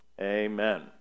Amen